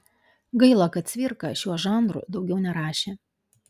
gaila kad cvirka šiuo žanru daugiau nerašė